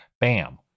Bam